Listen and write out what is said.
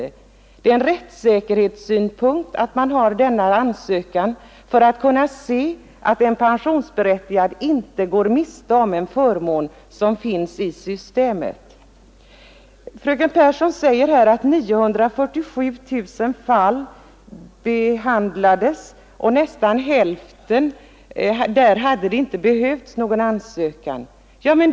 Det är en rättssäkerhetssynpunkt att man har denna ansökan för att kunna se att en pensionsberättigad inte går miste om en förmån som finns i systemet. Fröken Pehrsson säger att 947 000 fall behandlats och att det i nästan hälften av dessa fall inte hade behövts någon ansökan.